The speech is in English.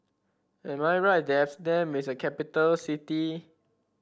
am I right that Amsterdam is a capital city